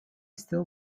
still